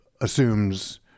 assumes